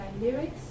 lyrics